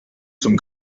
zum